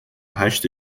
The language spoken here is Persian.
هشت